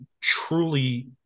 truly